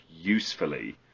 usefully